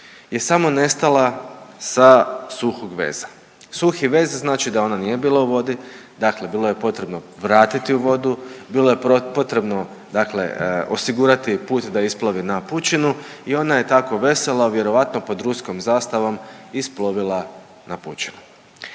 je samo nestala sa suhoh veza. Suhi vez znači da ona nije bila u vodu, dakle bilo ju je potrebno vratiti u vodu, bilo je potrebno dakle osigurati put da isplovi na pučinu i ona je tako vesela vjerojatno pod ruskom zastavom isplovila na pučinu.